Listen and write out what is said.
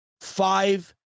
five